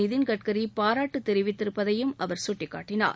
நிதின் கட்கரி பாராட்டு தெரிவித்திருப்பதையும் அவர் சுட்டிக்காட்டினார்